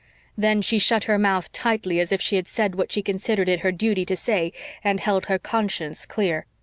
then she shut her mouth tightly, as if she had said what she considered it her duty to say and held her conscience clear.